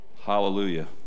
Hallelujah